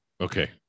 Okay